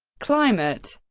climate